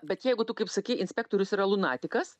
bet jeigu tu kaip sakei inspektorius yra lunatikas